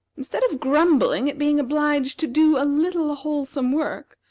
instead of grumbling at being obliged to do a little wholesome work,